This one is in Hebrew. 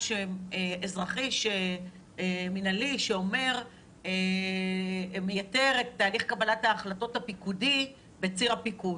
אזרחי מנהלי שמייתר את תהליך קבלת ההחלטות הפיקודי בציר הפיקוד.